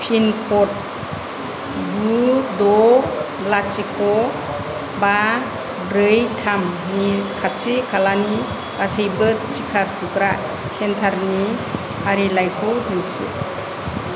pin code गु द' लाथिख' बा ब्रै थामनि खाथि खालानि गासैबो टिका थुग्रा सेन्टारनि फारिलाइखौ दिन्थि